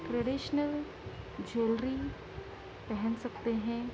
traditional jewellery پہن سکتے ہیں